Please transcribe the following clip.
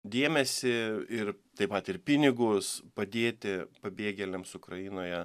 dėmesį ir taip pat ir pinigus padėti pabėgėliams ukrainoje